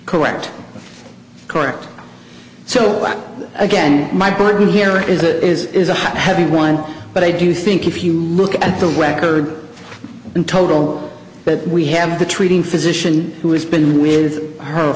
correct correct so again my point here is it is a heavy one but i do think if you look at the record in total but we have the treating physician who has been with her